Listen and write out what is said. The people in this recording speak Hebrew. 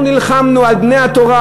אנחנו נלחמנו על בני התורה,